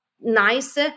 nice